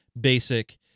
basic